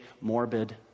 morbid